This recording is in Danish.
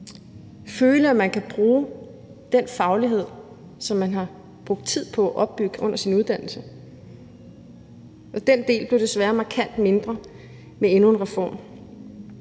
føle, at man kan bruge den faglighed, som man har brugt tid på at opbygge under sin uddannelse. Den del blev desværre markant mindre med endnu en reform.